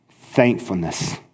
Thankfulness